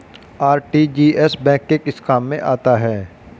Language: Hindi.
आर.टी.जी.एस बैंक के किस काम में आता है?